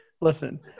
listen